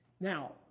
Now